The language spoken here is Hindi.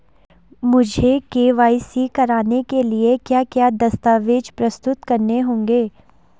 मुझे के.वाई.सी कराने के लिए क्या क्या दस्तावेज़ प्रस्तुत करने होंगे?